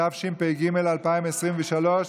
התשפ"ג 2023,